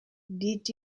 dit